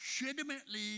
legitimately